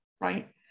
right